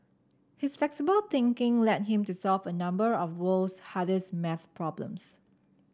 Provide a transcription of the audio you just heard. his flexible thinking led him to solve a number of world's hardest maths problems